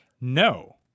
No